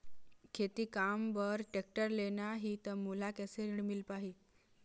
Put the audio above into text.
खेती काम बर टेक्टर लेना ही त मोला कैसे ऋण मिल पाही?